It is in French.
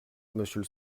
monsieur